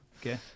okay